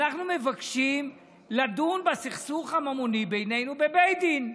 אנחנו מבקשים לדון בסכסוך הממוני בינינו בבית דין.